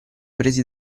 presi